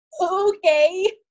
Okay